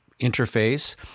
interface